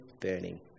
burning